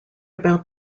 about